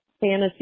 Fantasy